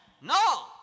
no